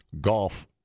golf